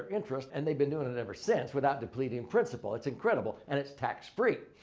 interest and they've been doing it it ever since without depleting and principle. it's incredible and it's tax-free.